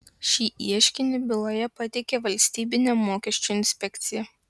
šį ieškinį byloje pateikė valstybinė mokesčių inspekcija